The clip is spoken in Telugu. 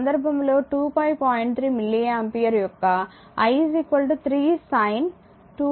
3 మిల్లి ఆంపియర్ యొక్క i 3 sin 2π0